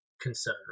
concern